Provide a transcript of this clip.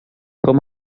com